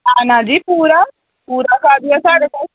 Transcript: ना ना जी पूरा पूरा काजू ऐ साढ़े कोल